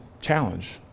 challenge